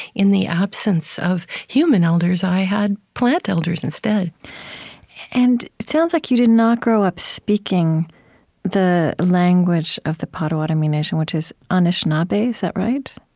in the absence of human elders, i had plant elders instead and it sounds like you did not grow up speaking the language of the potawatomi nation, which is anishinaabe, is that right?